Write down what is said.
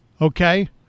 Okay